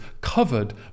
covered